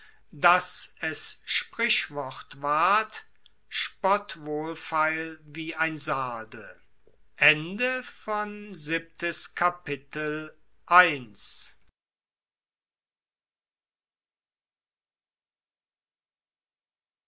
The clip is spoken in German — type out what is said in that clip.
dass es sprichwort ward spottwohlfeil wie ein sarde